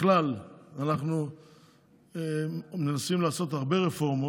בכלל, אנחנו מנסים לעשות הרבה רפורמות,